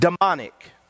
Demonic